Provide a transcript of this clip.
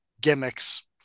gimmicks